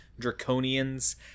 draconians